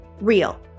Real